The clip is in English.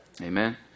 Amen